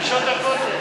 נשות הכותל.